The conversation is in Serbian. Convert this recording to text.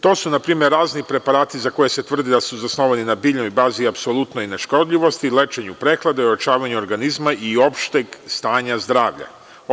To su na primer razni preparati za koje se tvrdi da su zasnovani na biljnoj bazi, apsolutno i neškodljivosti, lečenju prehlade, ojačavanju organizma i opšteg stanja zdravlja.